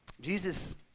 Jesus